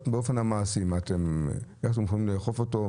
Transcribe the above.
באופן מעשי, איך אתם יכולים לאכוף אותו?